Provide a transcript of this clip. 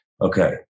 Okay